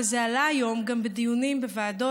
וזה עלה היום גם בדיונים בוועדות,